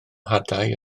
hadau